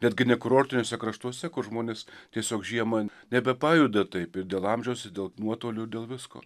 netgi nekurortiniuose kraštuose kur žmonės tiesiog žiemą nebepajuda taip ir dėl amžiaus ir dėl nuotolių ir dėl visko